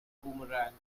boomerang